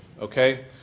Okay